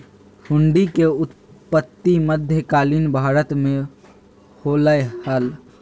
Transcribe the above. हुंडी के उत्पत्ति मध्य कालीन भारत मे होलय हल